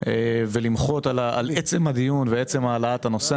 ולמחות על עצם הדיון ועצם העלאת הנושא.